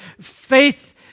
Faith